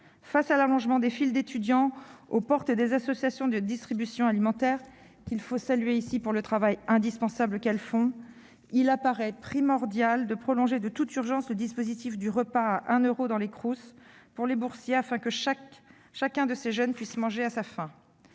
Face à l'allongement des files d'étudiants aux portes des associations de distribution alimentaire, dont il faut ici saluer le travail indispensable, il apparaît primordial de prolonger de toute urgence le dispositif du repas à 1 euro dans les Crous pour les boursiers afin que chacun de ces jeunes puisse manger à sa faim.